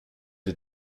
did